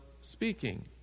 speaking